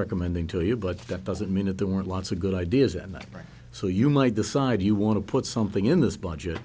recommending to you but that doesn't mean that there were lots of good ideas in that so you might decide you want to put something in this budget